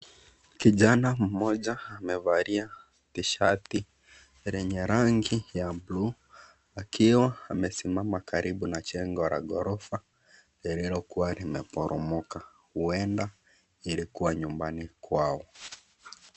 Kijana mmoja, amevalia tishati lenye rangi ya buluu, akiwa amesimama karibu na jengo la ghorofa lililokuwa limeporomoka. Huenda ilikuwa nyumbani kwao.